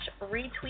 retweet